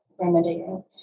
remedying